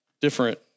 different